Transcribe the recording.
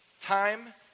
Time